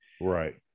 Right